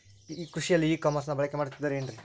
ಕೃಷಿಯಲ್ಲಿ ಇ ಕಾಮರ್ಸನ್ನ ಬಳಕೆ ಮಾಡುತ್ತಿದ್ದಾರೆ ಏನ್ರಿ?